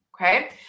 okay